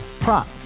Prop